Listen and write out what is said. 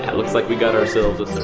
looks like we got ourselves